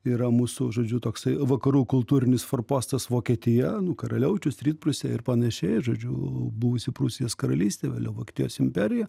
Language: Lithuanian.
yra mūsų žodžiu toksai vakarų kultūrinis forpostas vokietija karaliaučius rytprūsiai ir panašiai žodžiu buvusi prūsijos karalystė vėliau vokietijos imperija